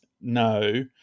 No